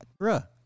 Bruh